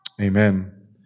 Amen